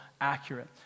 accurate